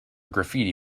graffiti